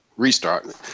restart